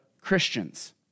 Christians